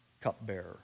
cupbearer